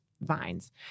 vines